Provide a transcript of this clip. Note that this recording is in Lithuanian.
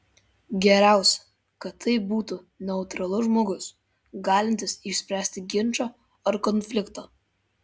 geriausia kad tai būtų neutralus žmogus galintis išspręsti ginčą ar konfliktą